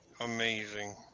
Amazing